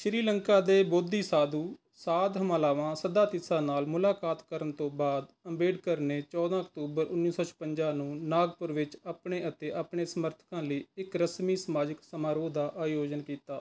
ਸ਼੍ਰੀ ਲੰਕਾ ਦੇ ਬੋਧੀ ਸਾਧੂ ਸਾਧ ਹੰਮਾਲਾਵਾ ਸੱਧਾਤਿਸਾ ਨਾਲ ਮੁਲਾਕਾਤ ਕਰਨ ਤੋਂ ਬਾਅਦ ਅੰਬੇਡਕਰ ਨੇ ਚੌਦਾਂ ਅਕਤੂਬਰ ਉੱਨੀ ਸੌ ਛਪੰਜਾ ਨੂੰ ਨਾਗਪੁਰ ਵਿੱਚ ਆਪਣੇ ਅਤੇ ਆਪਣੇ ਸਮਰਥਕਾਂ ਲਈ ਇੱਕ ਰਸਮੀ ਸਮਾਜਿਕ ਸਮਾਰੋਹ ਦਾ ਆਯੋਜਨ ਕੀਤਾ